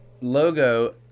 Logo